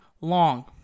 long